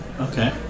Okay